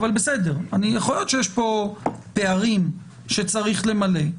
אבל, בסדר, יכול להיות שיש פה פערים שצריך למלא.